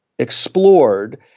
explored